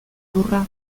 lurra